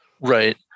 Right